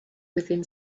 within